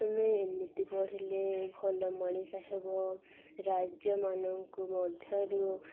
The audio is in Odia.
ତୁମେ ଏମିତି ପଢ଼ିଲେ ଭଲ ମଣିଷ ହେବ ରାଜ୍ୟମାନଙ୍କୁ ମଧ୍ୟରୁ